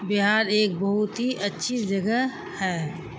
بہار ایک بہت ہی اچھی جگہ ہے